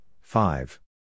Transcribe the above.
five